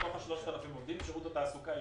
מתוך 3,000 עובדים,